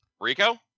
Rico